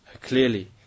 clearly